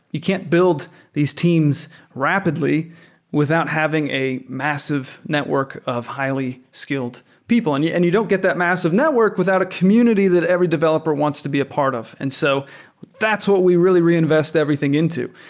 you can't build these teams rapidly without having a massive network of highly-skilled people and yeah and you don't get that massive network without a community that every developer wants to be a part of. and so that's what we really reinvest everything into,